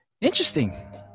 interesting